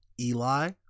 Eli